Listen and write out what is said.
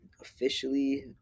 officially